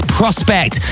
Prospect